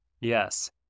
Yes